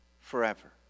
forever